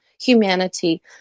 humanity